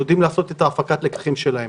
שיודעים לעשות את הפקת הלקחים שלהם.